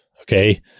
okay